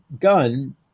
gun